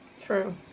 True